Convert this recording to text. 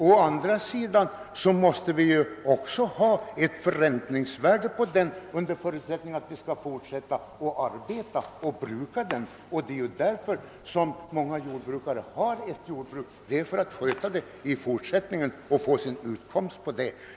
Å andra sidan måste hänsyn tas till förräntningsvärdet under förutsättning att ägarna skall kunna fortsätta att bruka gården; de flesta jordbrukare har ett jordbruk därför att de vill sköta det och få sin utkomst av det.